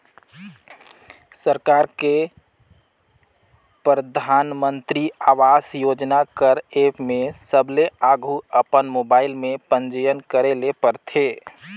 सरकार के परधानमंतरी आवास योजना कर एप में सबले आघु अपन मोबाइल में पंजीयन करे ले परथे